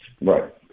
Right